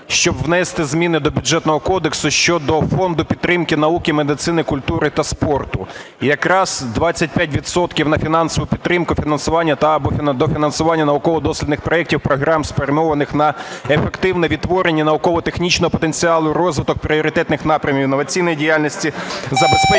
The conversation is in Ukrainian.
щоб внести зміни до Бюджетного кодексу щодо фонду підтримки науки, медицини, культури та спорту. Якраз 25 відсотків на фінансову підтримку (фінансування та/або дофінансування) науково-дослідних проектів програм, спрямованих на ефективне відтворення науково-технічного потенціалу, розвиток пріоритетних напрямів інноваційної діяльності, забезпечення